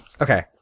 Okay